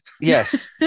yes